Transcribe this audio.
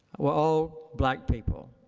were all black people.